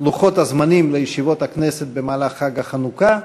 את לוחות הזמנים לישיבות הכנסת במהלך חג החנוכה.